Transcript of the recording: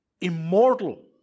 immortal